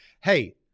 Hey